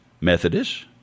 Methodist